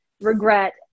regret